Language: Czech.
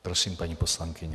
Prosím, paní poslankyně.